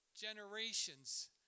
generations